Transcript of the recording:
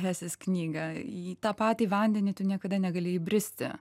hesės knygą į tą patį vandenį tu niekada negali įbristi